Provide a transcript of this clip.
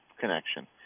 connection